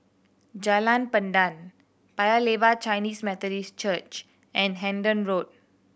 Jalan Pandan Paya Lebar Chinese Methodist Church and Hendon Road